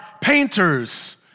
painters